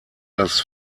das